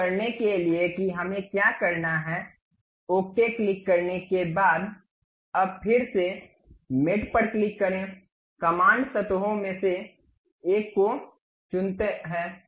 यह करने के लिए कि हमें क्या करना है ओके क्लिक करने के बाद अब फिर से मेट पर क्लिक करें कमांड सतहों में से एक को चुनता है